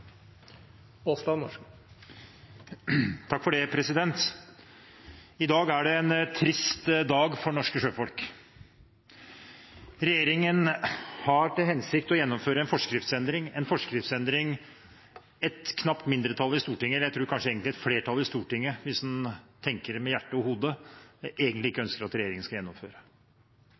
er en trist dag for norske sjøfolk. Regjeringen har til hensikt å gjennomføre en forskriftsendring, en forskriftsendring et knapt mindretall i Stortinget – jeg vil egentlig tro det ville vært et flertall i Stortinget, hvis man tenkte med hjertet og hodet – ikke ønsker at regjeringen skal gjennomføre.